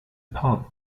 pub